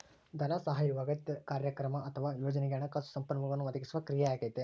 ಧನಸಹಾಯವು ಅಗತ್ಯ ಕಾರ್ಯಕ್ರಮ ಅಥವಾ ಯೋಜನೆಗೆ ಹಣಕಾಸು ಸಂಪನ್ಮೂಲಗಳನ್ನು ಒದಗಿಸುವ ಕ್ರಿಯೆಯಾಗೈತೆ